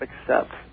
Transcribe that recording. accept